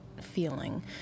feeling